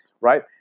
right